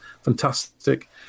fantastic